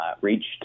reached